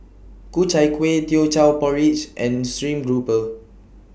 Ku Chai Kueh Teochew Porridge and Stream Grouper